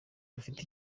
rufite